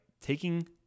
Taking